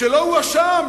שלא הואשם,